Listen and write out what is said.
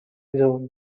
zone